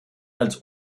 als